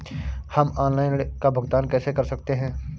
हम ऑनलाइन ऋण का भुगतान कैसे कर सकते हैं?